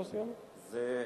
זו